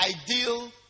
ideal